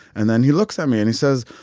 and then he looks at me and he says,